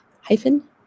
hyphen